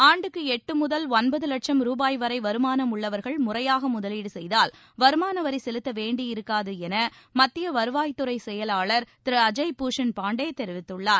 ஆண்டுக்கு எட்டு முதல் ஒன்பது லட்சம் ரூபாய் வரை வருமானம் உள்ளவர்கள் முறையாக முதலீடு செய்தால் வருமானவரி செலுத்த வேண்டியிருக்காது என மத்திய வருவாய்த்துறை செயலாளர் திரு அஜய் பூஷன் பாண்டே தெரிவித்துள்ளார்